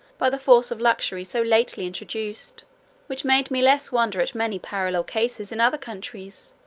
by the force of luxury so lately introduced which made me less wonder at many parallel cases in other countries,